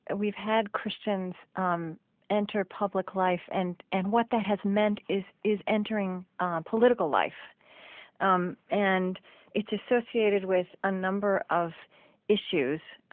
and we've had christians um enter public life and and what that has meant is is entering political life um and it's associated with a number of issues.